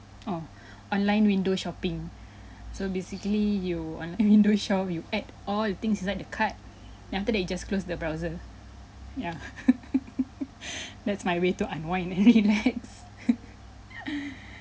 oh online window shopping so basically you on a window shop you add all things inside the cart then after that you just close the browser ya that's my way to unwind and relax